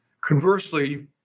Conversely